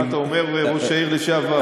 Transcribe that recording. מה אתה אומר, ראש העיר לשעבר?